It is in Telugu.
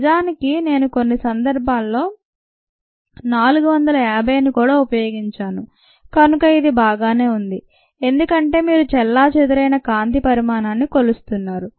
నిజానికి నేను కొన్ని సందర్భాల్లో 450 ని కూడా ఉపయోగించాను కనుక ఇది బాగానే ఉంది ఎందుకంటే మీరు చెల్లాచెదురైన కాంతి పరిమాణాన్ని కొలుస్తున్నారు